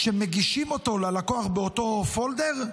כשמגישים אותו ללקוח באותו פולדר,